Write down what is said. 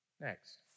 Next